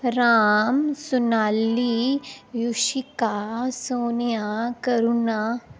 Ram Sonali Rushika Sonia Karuna